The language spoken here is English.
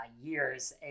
years